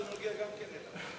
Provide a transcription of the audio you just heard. זה נוגע גם אליו.